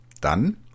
Dann